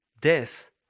death